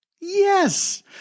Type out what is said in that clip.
Yes